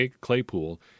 Claypool